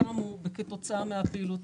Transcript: שקמו כתוצאה מהפעילות.